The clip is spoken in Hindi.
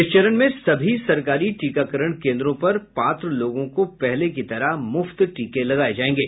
इस चरण में सभी सरकारी टीकाकरण केन्द्रों पर पात्र लोगों को पहले की तरह मुफ्त टीके लगाये जायेंगे